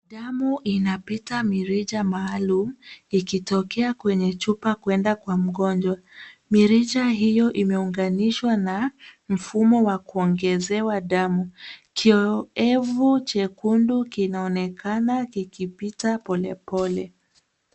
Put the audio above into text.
Damu inapita mirija maalum ikitokea kwenye chupa kwenda kwa mgonjwa. Mirija hiyo imeunganishwa na mfumo wa kuongezewa damu. Kioevu chekundu kinaonekana kikipita polepole.